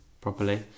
properly